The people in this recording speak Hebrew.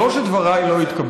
זה לא שדבריי לא התקבלו,